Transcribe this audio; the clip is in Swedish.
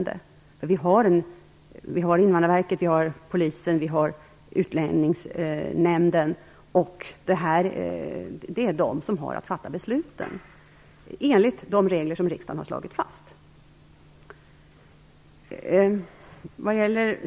Det är Invandrarverket, Polisen och Utlänningsnämnden som har att fatta besluten enligt de regler som riksdagen har slagit fast.